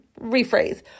rephrase